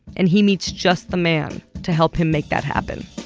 and he meets just the man to help him make that happen